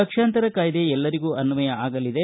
ಪಕ್ಷಾಂತರ ಕಾಯ್ದೆ ಎಲ್ಲರಿಗೂ ಅನ್ವಯ ಆಗಲಿದೆ